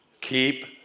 Keep